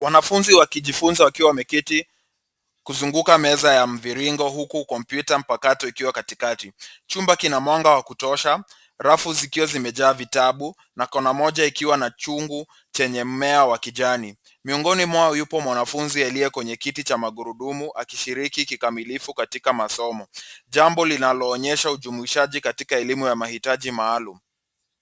Wanafunzi wakijifunza wakiwa wameketi kuzunguka meza ya mviringo huku kompyuta mpakato ikiwa katikati. Chumba kina mwanga wa kutosha, rafu zikiwa zimejaa vitabu na kona moja ikiwa na chungu chenye mmea wa kijani. Miongoni mwao yupo mwanafunzi aliye kwenye kiti cha magurudumu akishiriki kikamilifu katika masomo, jambo linaloonyesha ujumishaji katika elimu ya mahitaji maalum.